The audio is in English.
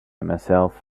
myself